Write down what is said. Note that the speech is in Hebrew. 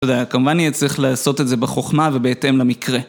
תודה, כמובן יהיה צריך לעשות את זה בחוכמה ובהתאם למקרה.